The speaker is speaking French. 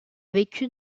vécu